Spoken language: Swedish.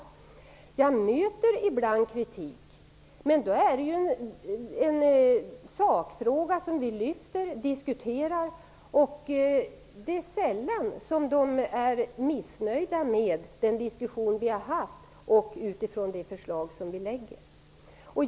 Ibland möter jag kritik, men då lyfter vi fram sakfrågan och diskuterar den. Det är sällan de är missnöjda med den diskussion som vi har fört utifrån de förslag som har lagts fram.